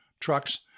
trucks